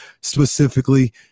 specifically